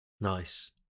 Nice